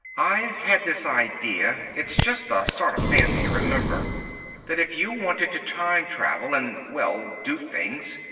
i've had this idea it's just a sort of fancy, remember that if you wanted to time-travel and, well, do things,